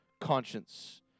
conscience